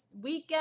weekend